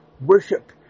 worship